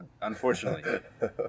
unfortunately